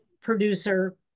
producer